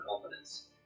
confidence